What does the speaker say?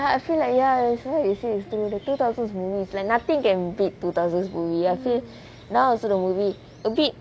ya I feel like ya it's like what you say is true the two thousand's movie is like nothing can beat two thousand's movie I feel now also the movie a bit